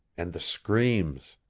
and the screams.